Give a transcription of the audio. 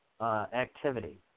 activity